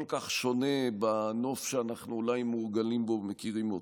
כל כך שונה בנוף שאנחנו אולי מורגלים בו ומכירים אותו.